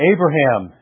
Abraham